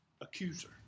Accuser